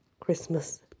Christmas